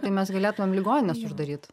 tai mes galėtumėm ligonines uždaryt